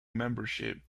membership